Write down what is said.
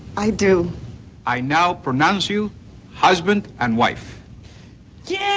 i do i now pronounce you husband and wife yeah